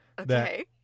Okay